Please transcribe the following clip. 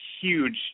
huge